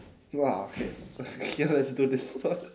ya okay okay let's do this one